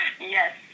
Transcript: Yes